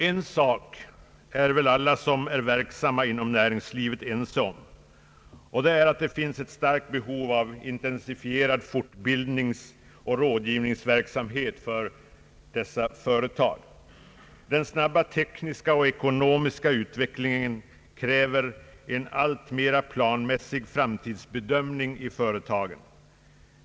En sak är väl alla som är verksamma inom näringslivet ense om, och det är att det finns ett starkt behov av in Allmänpolitisk debatt tensifierad fortbildningsoch rådgivningsverksamhet för dessa företagare. Den snabba tekniska och ekonomiska utvecklingen kräver en alltmera planmässig framtidsbedömning i företagen.